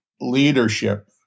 leadership